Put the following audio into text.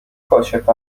کاشف